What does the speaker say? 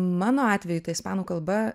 mano atveju ta ispanų kalba